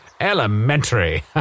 Elementary